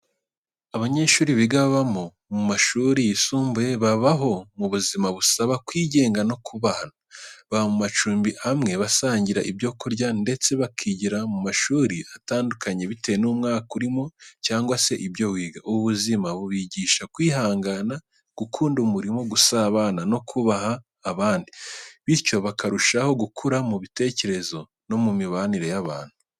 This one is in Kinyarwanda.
Abanyeshuri biga babamo mu mashuri yisumbuye, babaho mu buzima busaba kwigenga no kubahana. Baba mu macumbi amwe, basangira ibyo kurya, ndetse bakigira mu mashuri atandukanye bitewe n’umwaka urimo cyangwa se ibyo wiga. Ubu buzima bubigisha kwihangana, gukunda umurimo, gusabana no kubaha abandi, bityo bakarushaho gukura mu bitekerezo no mu mibanire y’abantu.